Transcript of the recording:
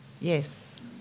Yes